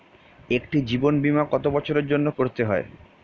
একটি জীবন বীমা কত বছরের জন্য করতে হয়?